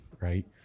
right